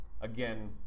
again